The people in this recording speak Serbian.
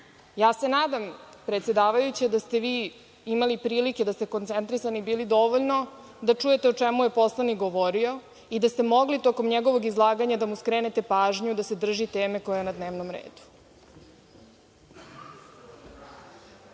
Ja se nadam, predsedavajuća, da ste vi imali prilike, da ste koncentrisani bili dovoljno, da čujete o čemu je poslanik govorio i da ste mogli tokom njegovog izlaganja da mu skrenete pažnju da se drži teme koja je na dnevnom